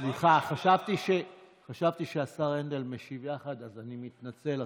סליחה, חשבתי שהשר הנדל משיב יחד, אז אני מתנצל.